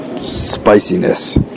spiciness